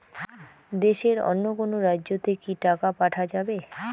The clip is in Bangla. দেশের অন্য কোনো রাজ্য তে কি টাকা পাঠা যাবে?